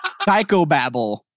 psychobabble